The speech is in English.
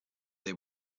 they